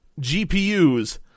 GPUs